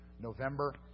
November